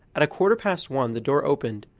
at a quarter past one the door opened,